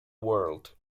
world